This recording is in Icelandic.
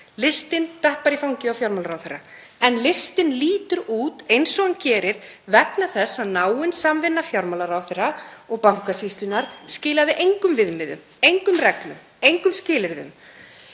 Listinn datt bara í fangið hjá fjármálaráðherra. En listinn lítur út eins og raun ber vitni vegna þess að náin samvinna fjármálaráðherra og Bankasýslunnar skilaði engum viðmiðum, engum reglum, engum skilyrðum.